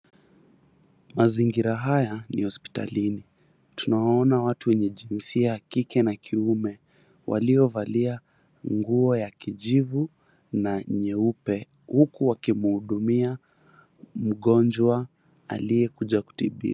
Mazingira haya ni hospitalini, tunawaona watu wenye jinsia ya kike na kiume waliovalia nguo ya kijivu na nyeupe huku wakimhudumia mgonjwa aliekuja kutibiwa.